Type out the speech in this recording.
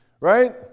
Right